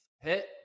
hit